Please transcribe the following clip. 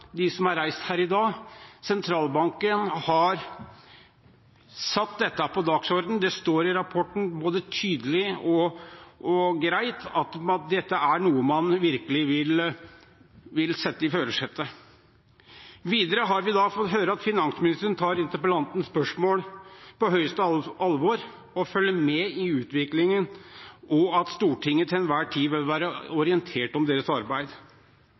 de som er reist her i dag. Sentralbanken har satt dette på dagsordenen, og det står i rapporten både tydelig og greit at dette er noe man virkelig vil sette i førersetet. Videre har vi i dag fått høre at finansministeren tar interpellantens spørsmål på største alvor og følger med i utviklingen, og at Stortinget til enhver tid bør være orientert om deres arbeid.